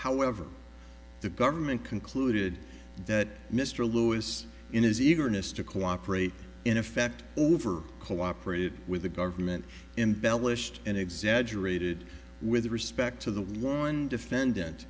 however the government concluded that mr lewis in his eagerness to cooperate in effect over cooperated with the government embellish and exaggerated with respect to the one defendant